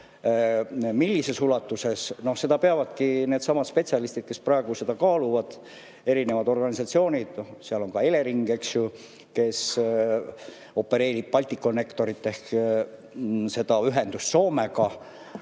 Millises ulatuses, seda peavadki [ütlema] needsamad spetsialistid, kes praegu seda kaaluvad, erinevad organisatsioonid, ka Elering, kes opereerib Balticconnectorit ehk ühendust Soomega.